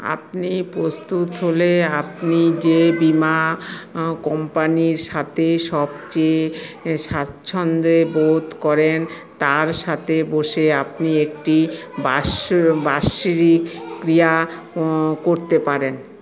আপনি প্রস্তুত হলে আপনি যে বিমা কোম্পানির সাথে সবচেয়ে স্বাচ্ছন্দ্যে বোধ করেন তার সাথে বসে আপনি একটি বাষ্রিক বার্ষিক ক্রীড়া করতে পারেন